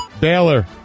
Baylor